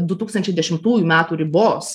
du tūkstančiai dešimtųjų metų ribos